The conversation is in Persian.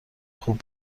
خوب